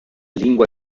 lingua